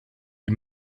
les